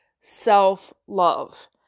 self-love